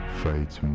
fades